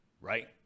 right